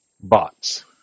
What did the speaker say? Bots